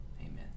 Amen